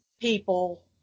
people